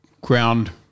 ground